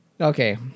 Okay